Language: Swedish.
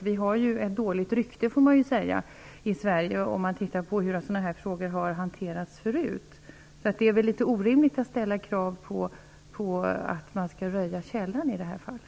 Vi har ett dåligt rykte i Sverige - får man säga - om man ser till hur sådana här frågor har hanterats tidigare. Det är väl litet orimligt att ställa krav på att man skall röja källan i det här fallet.